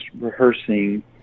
rehearsing